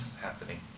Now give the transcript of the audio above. happening